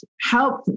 help